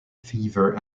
fever